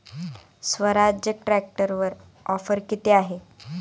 स्वराज्य ट्रॅक्टरवर ऑफर किती आहे?